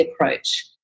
approach